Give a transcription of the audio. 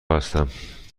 هستم